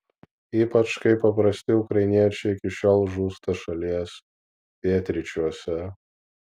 ypač kai paprasti ukrainiečiai iki šiol žūsta šalies pietryčiuose